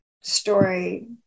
story